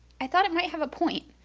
i thought it might have a point.